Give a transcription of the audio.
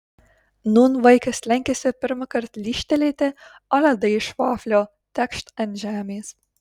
nūn vaikas lenkiasi pirmąkart lyžtelėti o ledai iš vaflio tekšt ant žemės